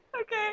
Okay